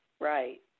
Right